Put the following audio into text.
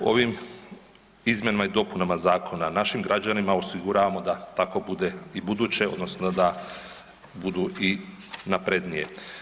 U ovim izmjenama i dopunama zakona našim građanima osiguravamo da tako bude i ubuduće odnosno da budu i naprednije.